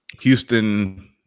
Houston